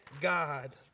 God